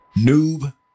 noob